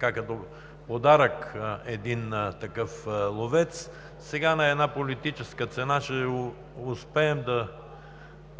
като подарък един такъв ловец, сега на една политическа цена ще успеем да